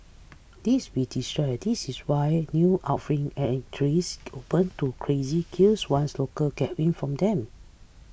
lest we destroy this is why open to crazy queues once local get wind of them